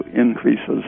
increases